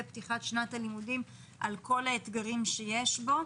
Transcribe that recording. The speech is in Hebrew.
פתיחת שנת הלימודים על כל האתגרים שיש בה,